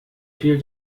viel